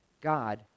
God